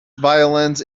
violins